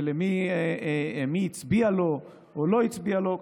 ומי הצביע לו או לא הצביע לו,